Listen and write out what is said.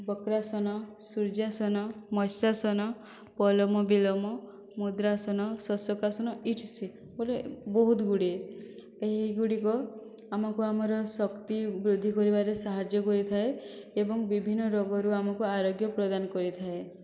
ବକ୍ରାସନ ସୂର୍ଯ୍ୟାସନ ମଇଶାସନ ଅଲମ ବିଲମ ମୁଦ୍ରାସନ ସଶକାସନ ଇଟିସି ବୋଲେ ବହୁତ ଗୁଡ଼ିଏ ଏହି ଗୁଡ଼ିକ ଆମକୁ ଆମର ଶକ୍ତି ବୃଦ୍ଧି କରିବାରେ ସାହାଯ୍ୟ କରିଥାଏ ଏବଂ ବିଭିନ୍ନ ରୋଗରୁ ଆମକୁ ଅରୋଗ୍ୟ ପ୍ରଦାନ କରିଥାଏ